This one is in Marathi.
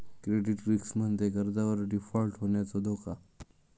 क्रेडिट रिस्क म्हणजे कर्जावर डिफॉल्ट होण्याचो धोका